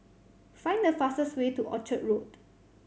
find the fastest way to Orchard Road